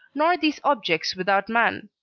nor these objects without man.